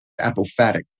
Apophatic